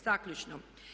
Zaključno.